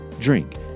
drink